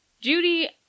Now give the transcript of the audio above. Judy